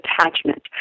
attachment